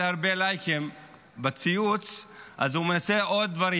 הרבה לייקים לציוץ אז הוא מנסה עוד דברים.